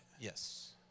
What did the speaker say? Yes